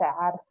sad